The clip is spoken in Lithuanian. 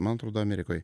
man atrod amerikoj